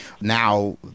now